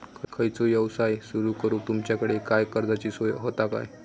खयचो यवसाय सुरू करूक तुमच्याकडे काय कर्जाची सोय होता काय?